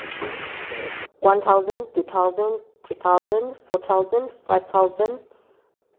one thousand two thousand three thousand four thousand five thousand